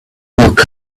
look